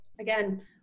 again